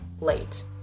late